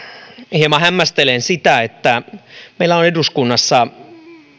hieman hämmästelen sitä että meillä on eduskunnassa